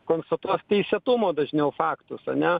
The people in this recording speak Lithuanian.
konstatuos teisėtumo dažniau faktus ane